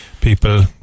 people